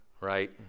right